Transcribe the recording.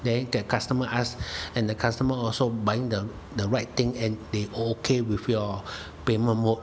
then the customer ask and the customer also buying the right thing and they okay with your payment mode